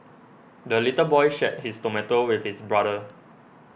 the little boy shared his tomato with his brother